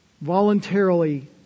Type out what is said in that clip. Voluntarily